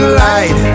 light